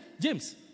James